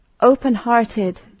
open-hearted